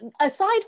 aside